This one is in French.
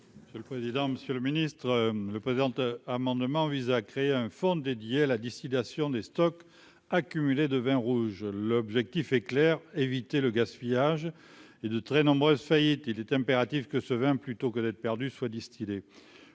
suivant. Le président, Monsieur le Ministre le présente amendement vise à créer un fonds dédié à la distillation des stocks accumulés de vin rouge, l'objectif est clair : éviter le gaspillage et de très nombreuses faillites, il est impératif que ce vin plutôt que d'être perdu soit distillait